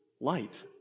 light